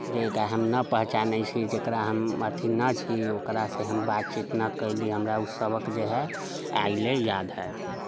जकरा हम नहि पहचानै छी जकरा हम अथी नहि छी ओकरासँ हम बातचीत नहि कयली हमरा उ सबक जे है आइ लए याद है